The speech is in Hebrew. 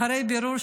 אחרי בירור,